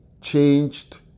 changed